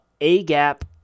A-gap